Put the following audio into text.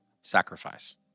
sacrifice